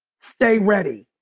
stay ready.